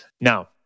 now